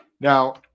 Now